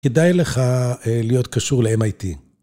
כדאי לך להיות קשור ל-MIT.